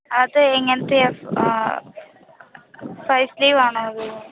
അത് എങ്ങനത്തെയാണ് ഫയി സ്ലീവാണോ അതെയോ